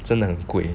真的很贵